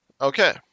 Okay